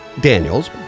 Daniels